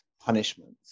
punishments